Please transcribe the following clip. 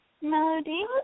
Melody